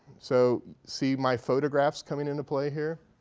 so see my photographs coming into play here?